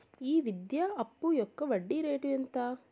ఈ విద్యా అప్పు యొక్క వడ్డీ రేటు ఎంత?